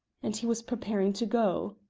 and he was preparing to go.